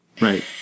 Right